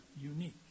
unique